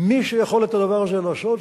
מי שיכול את הדבר הזה לעשות,